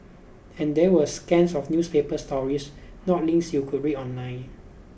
and they were scans of newspaper stories not links you could read online